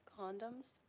condoms